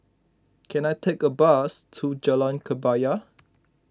can I take a bus to Jalan Kebaya